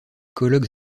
colloques